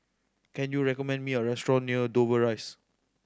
can you recommend me a restaurant near Dover Rise